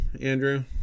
Andrew